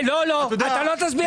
חיים, לא, אתה לא תסביר.